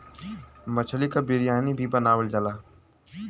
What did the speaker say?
मछली क बिरयानी भी बनावल जाला